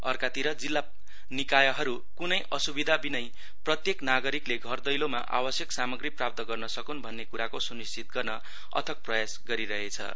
अर्कातिर जिल्ला निकायहरू कुनै असुविधा विनै प्रत्येक नागरिकले घर दैलोमा आवश्यक सामग्री प्राप्त गर्न सकुन भन्ने कुराको सुनिश्चित गर्न अथक प्रयास गरिरहेछन्